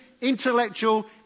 intellectual